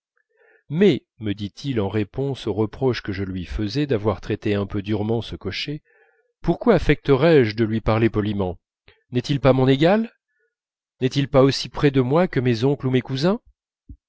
mais me dit-il en réponse aux reproches que je lui faisais d'avoir traité un peu durement ce cocher pourquoi affecterais je de lui parler poliment n'est-il pas mon égal n'est-il pas aussi près de moi que mes oncles ou mes cousins